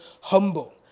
humble